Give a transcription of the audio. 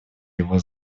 его